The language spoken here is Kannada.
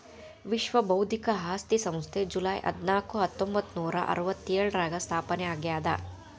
ವಿಶ್ವ ಬೌದ್ಧಿಕ ಆಸ್ತಿ ಸಂಸ್ಥೆ ಜೂಲೈ ಹದ್ನಾಕು ಹತ್ತೊಂಬತ್ತನೂರಾ ಅರವತ್ತ್ಯೋಳರಾಗ ಸ್ಥಾಪನೆ ಆಗ್ಯಾದ